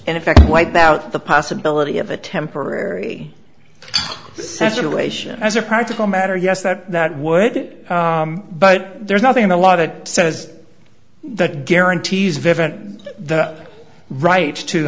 and in fact wipe out the possibility of a temporary censor relation as a practical matter yes that that would it but there's nothing in the law that says that guarantees vivan the right to